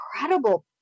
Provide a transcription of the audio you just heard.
incredible